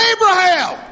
Abraham